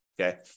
Okay